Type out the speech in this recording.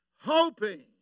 hoping